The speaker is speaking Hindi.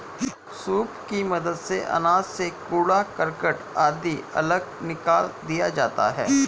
सूप की मदद से अनाज से कूड़ा करकट आदि अलग निकाल दिया जाता है